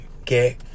okay